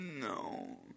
No